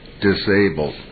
disabled